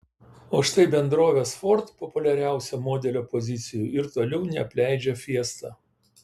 o štai bendrovės ford populiariausio modelio pozicijų ir toliau neapleidžia fiesta